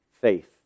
faith